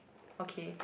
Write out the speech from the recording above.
okay